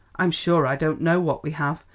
i'm sure i don't know what we have.